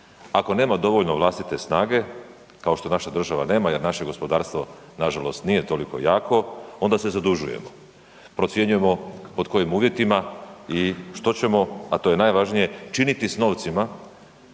Ako nema dovoljno vlastite snage kao što naša država nema jer naše gospodarstvo nažalost nije toliko jako, onda se zadužujemo, procjenjujemo pod kojim uvjetima i što ćemo, a to je najvažnije, činiti s novcima